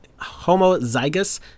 homozygous